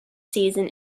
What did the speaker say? season